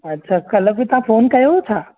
अच्छा कल्ह बि तव्हां फ़ोन कयो हो छा